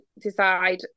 decide